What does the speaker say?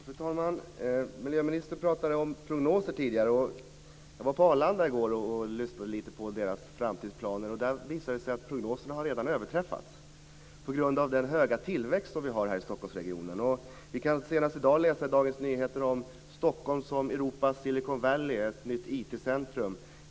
Fru talman! Miljöministern talade tidigare om prognoser. Jag var i går på Arlanda för att lyssna lite på vad de där har för framtidsplaner. Det visade sig att prognoserna redan har överträffats på grund av den höga tillväxt som vi har här i Stockholmsregionen. Vi kan senast i dag läsa i Dagens Nyheter om Stockholm som Europas Silicon Valley, ett nytt IT centrum.